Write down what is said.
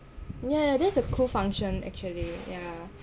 ya ya that's a cool function actually ya